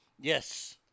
Yes